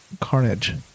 Carnage